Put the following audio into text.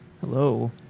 hello